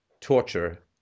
torture